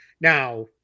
Now